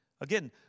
Again